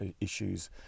issues